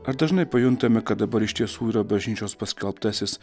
ar dažnai pajuntame kad dabar iš tiesų yra bažnyčios paskelbtasis